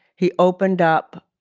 he opened up